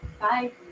Bye